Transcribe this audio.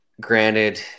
Granted